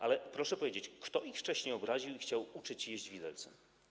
Ale proszę powiedzieć: Kto ich wcześniej obraził i chciał uczyć jeść widelcem?